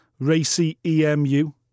racyemu